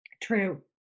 True